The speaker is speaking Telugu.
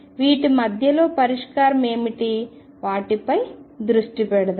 వీటి మధ్యలో పరిష్కారం ఏమిటి దానిపై దృష్టి పెడదాం